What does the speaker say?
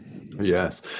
Yes